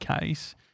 case